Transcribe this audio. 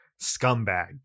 scumbag